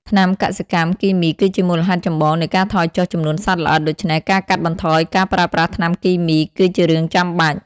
ថ្នាំកសិកម្មគីមីគឺជាមូលហេតុចម្បងនៃការថយចុះចំនួនសត្វល្អិត ដូច្នេះការកាត់បន្ថយការប្រើប្រាស់ថ្នាំគីមីគឺជារឿងចាំបាច់។